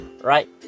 right